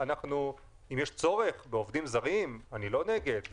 אם יש צורך בעובדים זרים, אני לא נגד.